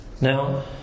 Now